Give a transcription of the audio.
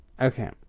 okay